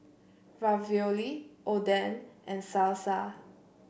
Ravioli Oden and Salsa